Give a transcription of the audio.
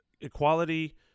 equality